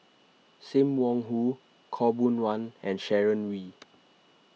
Sim Wong Hoo Khaw Boon Wan and Sharon Wee